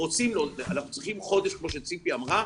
אנחנו צריכים חודש כמו שציפי אמרה,